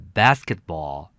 basketball